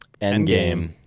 Endgame